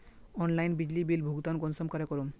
Online बिजली bill भुगतान कुंसम करे करूम?